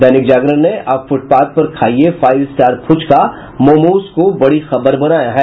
दैनिक जागरण ने अब फुटपाथ पर खाइये फाइव स्टार फुचका मोमोज को बड़ी खबर बनाया है